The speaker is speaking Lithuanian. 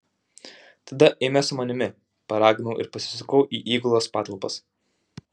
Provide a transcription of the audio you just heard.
tada eime su manimi paraginau ir pasisukau į įgulos patalpas